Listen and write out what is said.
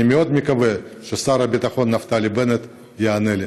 אני מאוד מקווה ששר הביטחון נפתלי בנט יענה לי.